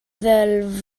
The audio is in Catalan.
del